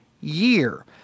year